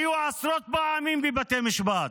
היו עשרות פעמים בבתי משפט.